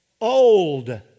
old